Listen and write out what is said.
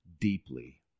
Deeply